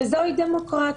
וזו היא דמוקרטיה.